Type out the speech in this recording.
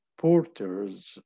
Porter's